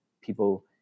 people